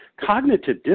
Cognitive